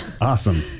awesome